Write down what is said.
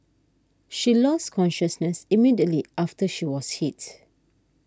she lost consciousness immediately after she was hit